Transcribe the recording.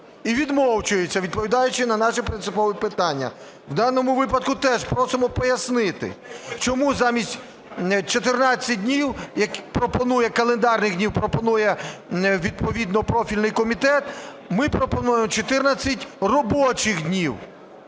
і відмовчується, відповідаючи на наші принципові питання. В даному випадку теж просимо пояснити, чому замість 14 днів, календарних днів, пропонує відповідно профільний комітет, ми пропонуємо 14 робочих днів.